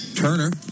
Turner